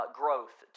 growth